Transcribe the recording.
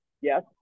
Yes